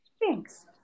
Thanks